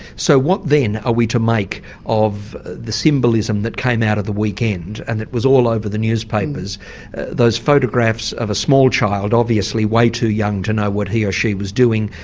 so what then are we to make of the symbolism that came out of the weekend and it was all over the newspapers those photographs of a small child, obviously way too young to know what he or she was doing,